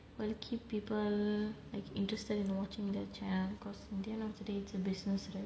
will keep people like interested in watching their channel because at the end of the day it's a business right